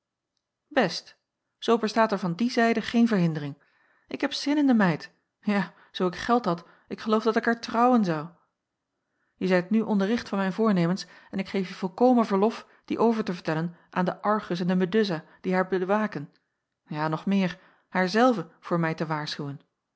best zoo bestaat er van die zijde geen verhindering ik heb zin in de meid ja zoo ik geld had ik geloof dat ik haar trouwen zou je zijt nu onderricht van mijn voornemens en ik geef je volkomen verlof die over te vertellen aan den argus en de meduza die haar bewaken ja nog meer haar zelve voor mij te waarschuwen